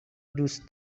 دوست